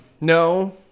no